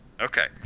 Okay